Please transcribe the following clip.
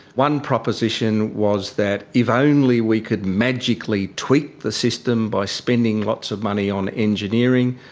one proposition was that if only we could magically tweak the system by spending lots of money on engineering,